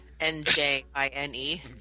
N-J-I-N-E